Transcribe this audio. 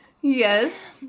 yes